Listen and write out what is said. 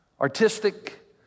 artistic